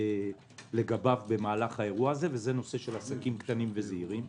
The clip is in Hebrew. ממנו במהלך האירוע הזה: נושא של עסקים קטנים וזעירים.